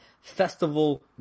Festival